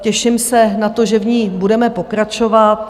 Těším se na to, že v ní budeme pokračovat.